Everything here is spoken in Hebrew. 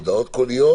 הודעות קוליות